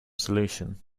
solution